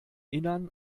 innern